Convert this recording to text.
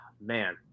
Man